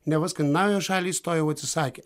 neva skandinavijos šalys to jau atsisakė